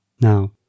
Now